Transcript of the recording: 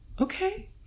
Okay